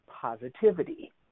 positivity